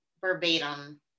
verbatim